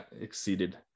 Exceeded